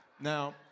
Now